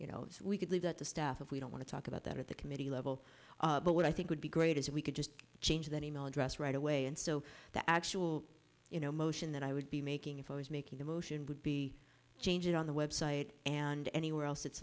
you know we could leave that to staff if we don't want to talk about that at the committee level but what i think would be great is if we could just change that e mail address right away and so the actual you know motion that i would be making if i was making a motion would be change it on the website and anywhere else